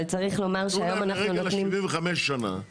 אנחנו מקיימים ישיבה משותפת של ועדת העלייה